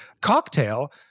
cocktail